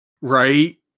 right